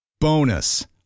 Bonus